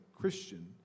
Christian